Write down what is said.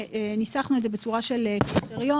ניסחנו את זה בצורה של קריטריון,